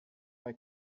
bei